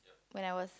when I was